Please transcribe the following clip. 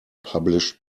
published